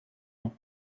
ans